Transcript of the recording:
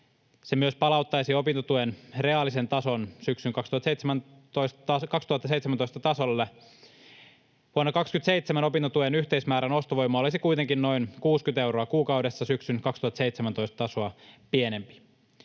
Se myös palauttaisi opintotuen reaalisen tason syksyn 2017 tasolle. Vuonna 2027 opintotuen yhteismäärän ostovoima olisi kuitenkin noin 60 euroa kuukaudessa syksyn 2017 tasoa pienempi.